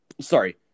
Sorry